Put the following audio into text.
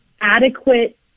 adequate